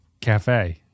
cafe